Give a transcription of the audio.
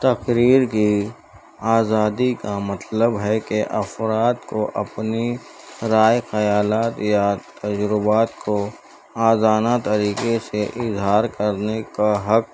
تقریر کی آزادی کا مطلب ہے کہ افراد کو اپنی رائے خیالات یا تجربات کو آزادانہ طریقے سے اظہار کرنے کا حق